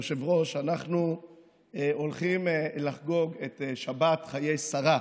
היושב-ראש, אנחנו הולכים לחגוג את שבת חיי שרה.